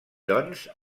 doncs